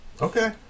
Okay